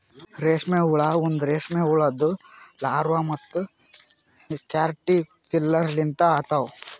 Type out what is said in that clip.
ರೇಷ್ಮೆ ಹುಳ ಒಂದ್ ರೇಷ್ಮೆ ಹುಳುದು ಲಾರ್ವಾ ಮತ್ತ ಕ್ಯಾಟರ್ಪಿಲ್ಲರ್ ಲಿಂತ ಆತವ್